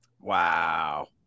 Wow